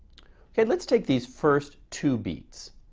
okay let's take these first two beats.